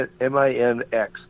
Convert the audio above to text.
M-I-N-X